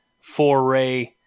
foray